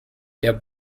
der